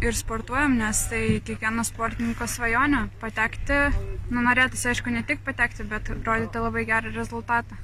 ir sportuojam nes tai kiekvieno sportininko svajonė patekti nu norėtųsi aišku ne tik patekti bet rodyti labai gerą rezultatą